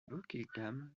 buckingham